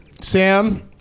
Sam